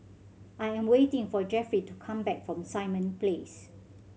I am waiting for Jeffry to come back from Simon Place